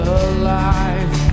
alive